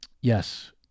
Yes